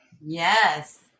Yes